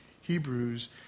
Hebrews